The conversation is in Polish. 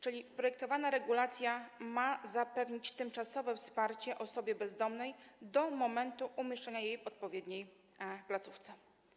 Tak więc projektowana regulacja ma zapewnić tymczasowe wsparcie osobie bezdomnej do momentu umieszczenia jej w odpowiedniej placówce.